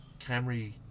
Camry